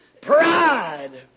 Pride